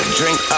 drink